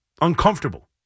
uncomfortable